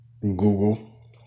Google